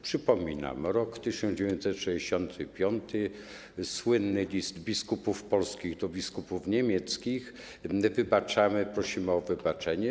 Przypominam rok 1965 i słynny list biskupów polskich do biskupów niemieckich: wybaczamy i prosimy o wybaczenie.